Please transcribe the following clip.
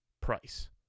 price